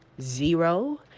zero